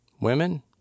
Women